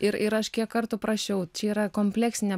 ir ir aš kiek kartų prašiau čia yra kompleksinė